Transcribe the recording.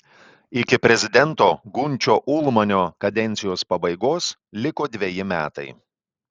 iki prezidento gunčio ulmanio kadencijos pabaigos liko dveji metai